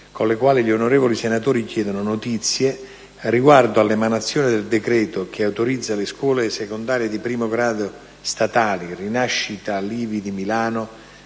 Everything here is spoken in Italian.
con le quali le onorevoli senatrici chiedono notizie riguardo all'emanazione del decreto che autorizza le scuole secondarie di primo grado statali "Rinascita A. Livi" di Milano,